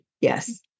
Yes